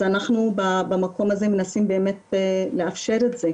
אנחנו במקום הזה מנסים באמת לאפשר את זה,